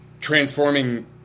transforming